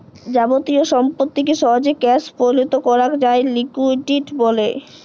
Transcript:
যাবতীয় সম্পত্তিকে সহজে ক্যাশ পরিলত করাক যায় লিকুইডিটি ব্যলে